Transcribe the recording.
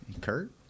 Kurt